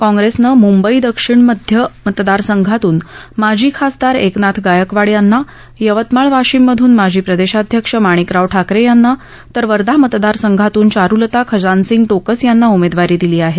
काँप्रेसनं मुंबई दक्षिण मध्य मतदारसंघातून माजी खासदार एकनाथ गायकवाड यांना यवतमाळ वाशिम मधून माजी प्रदेशाध्यक्ष माणिकराव ठाकरे यांना तर वर्धा मतदारसंघातून चारुलता खजानसिंग टोकस यांना उमेदवारी दिली आहे